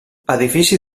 edifici